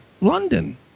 London